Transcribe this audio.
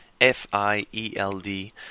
F-I-E-L-D